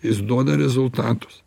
jis duoda rezultatus